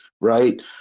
right